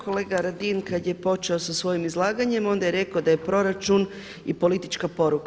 Kolega Radin, kad je počeo sa svojim izlaganjem onda je rekao da je proračun i politička poruka.